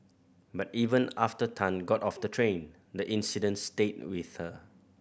but even after Tan got off the train the incident stayed with her